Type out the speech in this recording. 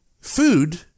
food